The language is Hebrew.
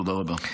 תודה רבה.